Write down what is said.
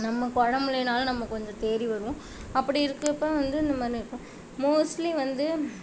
நமக்கு உடம்பு முடியலைன்னாலும் நம்ம கொஞ்சம் தேறி வருவோம் அப்படி இருக்கிறப்ப வந்து நம்ம இந்தமாதிரி மோஸ்ட்லி வந்து